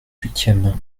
huitième